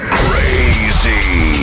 crazy